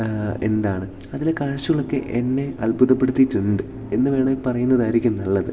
എന്താണ് അതിലെ കാഴ്ച്ചകളൊക്കെ എന്നെ അത്ഭുതപ്പെടുത്തിയിട്ടുണ്ട് എന്ന് വേണേൽ പറയുന്നതായിരിക്കും നല്ലത്